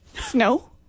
Snow